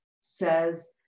says